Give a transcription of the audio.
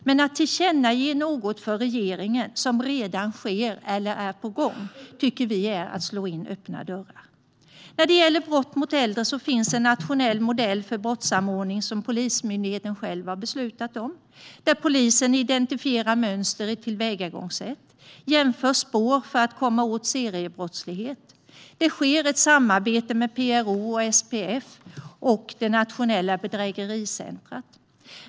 Men att tillkännage något för regeringen som redan sker eller är på gång tycker vi är att slå in öppna dörrar. När det gäller brott mot äldre finns det en nationell modell för brottssamordning som Polismyndigheten själv har beslutat om. Där identifierar polisen mönster i tillvägagångssätt och jämför spår för att komma åt seriebrottslighet. Det sker ett samarbete mellan PRO, SPF och det nationella bedrägericentrumet.